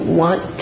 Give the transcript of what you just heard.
want